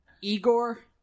Igor